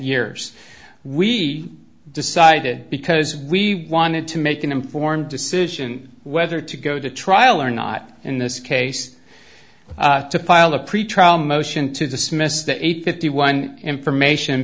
years we decided because we wanted to make an informed decision whether to go to trial or not in this case to file a pretrial motion to dismiss that eight fifty one information